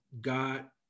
got